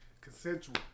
Consensual